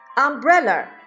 Umbrella